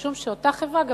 משום שאותה חברה גם